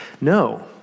No